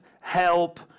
help